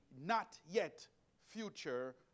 not-yet-future